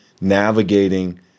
navigating